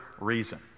reason